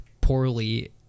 poorly